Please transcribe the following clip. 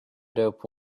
dope